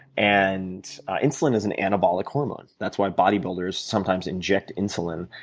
and insulin is an anabolic hormone. that's why body builders sometimes inject insulin